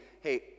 Hey